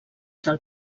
del